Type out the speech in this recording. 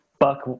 buck